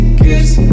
kiss